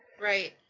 Right